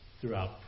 throughout